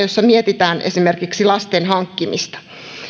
jossa mietitään esimerkiksi lasten hankkimista